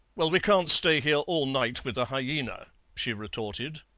well, we can't stay here all night with a hyaena she retorted.